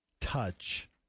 touch